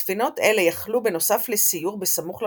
ספינות אלה יכלו בנוסף לסיור בסמוך לחופים,